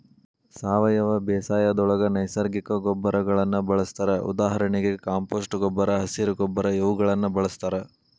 ಸಾವಯವ ಬೇಸಾಯದೊಳಗ ನೈಸರ್ಗಿಕ ಗೊಬ್ಬರಗಳನ್ನ ಬಳಸ್ತಾರ ಉದಾಹರಣೆಗೆ ಕಾಂಪೋಸ್ಟ್ ಗೊಬ್ಬರ, ಹಸಿರ ಗೊಬ್ಬರ ಇವುಗಳನ್ನ ಬಳಸ್ತಾರ